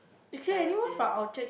summon there